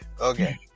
Okay